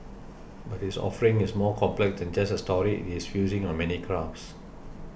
but his offering is more complex than just a story it is fusing of many crafts